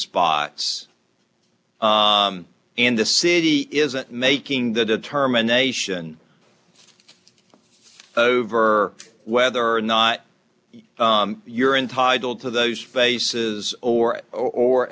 spots in the city isn't making the determination over whether or not you're entitled to those faces or